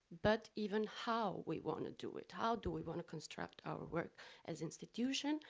but even how we want to do it, how do we want to construct our work as institution,